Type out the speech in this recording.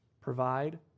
provide